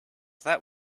that